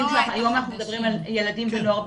היום אנחנו מדברים על ילדים ונוער בסיכון.